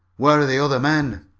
where are the other men?